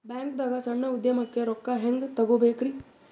ಬ್ಯಾಂಕ್ನಾಗ ಸಣ್ಣ ಉದ್ಯಮಕ್ಕೆ ರೊಕ್ಕ ಹೆಂಗೆ ತಗೋಬೇಕ್ರಿ?